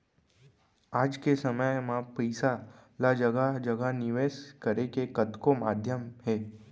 आज के समे म पइसा ल जघा जघा निवेस करे के कतको माध्यम हे